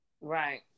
Right